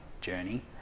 journey